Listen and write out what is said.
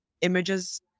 images